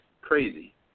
crazy